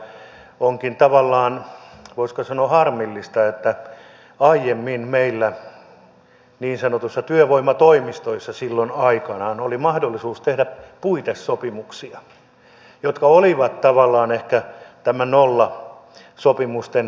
onkin tavallaan voisiko sanoa harmillista että aiemmin meillä niin sanotuissa työvoimatoimistoissa aikanaan oli mahdollisuus tehdä puitesopimuksia jotka olivat tavallaan ehkä näiden nollasopimusten äiti